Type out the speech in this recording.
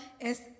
es